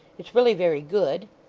it's really very good